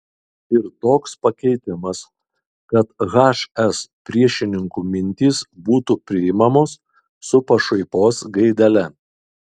ir toks pakeitimas kad hs priešininkų mintys būtų priimamos su pašaipos gaidele